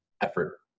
effort